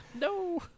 No